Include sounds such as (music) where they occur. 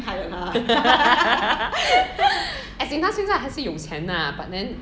(laughs) as in 她现在还是有钱 lah but then